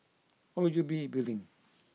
O U B Building